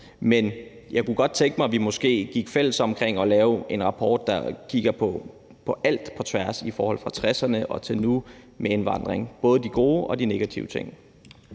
Men jeg kunne godt tænke mig, at vi måske gik sammen om at lave en rapport, der kigger på alt på kryds og tværs fra 1960'erne og til nu med hensyn til indvandring, både de gode og de negative ting.